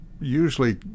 usually